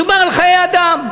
מדובר על חיי אדם.